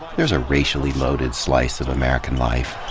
there's a racially loaded slice of american life.